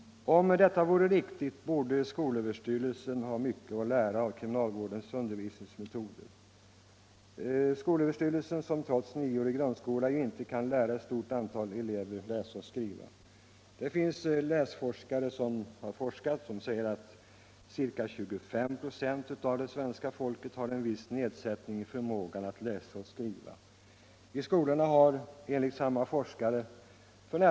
Om uppgiften är riktig borde skolöverstyrelsen ha mycket att lära av kriminalvårdens undervisningsmetoder. Trots att grundskolan är nioårig är det ett stort antal elever som inte lyckas lära sig läsa och skriva med SÖ:s metoder. Enligt läsforskarna har ca 25 96 av svenska folket en viss nedsättning i förmågan att läsa och skriva. I skolorna har enligt samma forskare f. n.